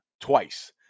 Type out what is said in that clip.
twice